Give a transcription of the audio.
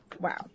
wow